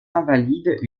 invalides